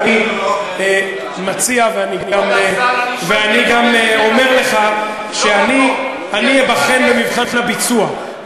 אני מציע ואני גם אומר לך שאני אבחן במבחן הביצוע,